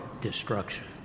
destruction